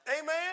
Amen